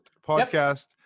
podcast